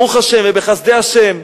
ברוך השם ובחסדי השם,